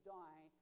die